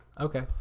Okay